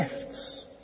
gifts